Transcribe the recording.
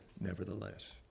nevertheless